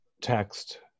text